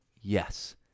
Yes